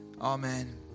Amen